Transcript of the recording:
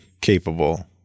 capable